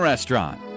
Restaurant